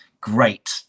great